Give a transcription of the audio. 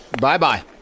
Bye-bye